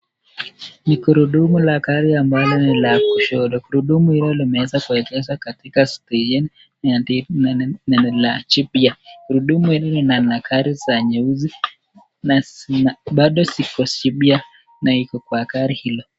Ni gurudumu la gari ambalo ni la kushoto, gurudumu hilo limeweza kuegeshwa katika sehemu la jipya, gurudumu hili ni la gari la nyesui na bado ziko jipya na iko kwa gari hilo.